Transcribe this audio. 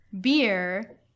beer